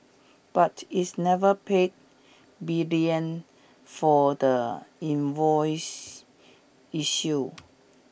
but it's never paid Brilliant for the invoice issue